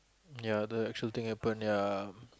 ya the actual thing happen ya